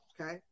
Okay